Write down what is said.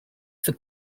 for